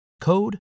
code